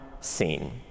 seen